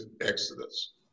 exodus